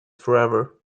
forever